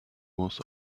was